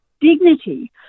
dignity